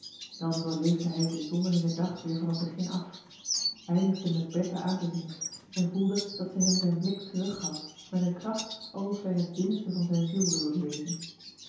dan doorleefde hij den zonderlingen dag weer van het begin af eindig de met bertha aantezien en voelde dat zij hem zijn blik teruggaf met een kracht alsof zij in het binnenste van zijn ziel wilde lezen